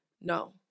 No